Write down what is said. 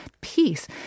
Peace